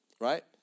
Right